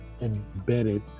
embedded